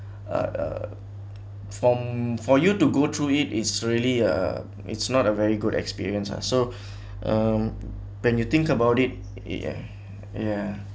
uh form for you to go through it is really uh it's not a very good experience ah so um when you think about it iy~ ya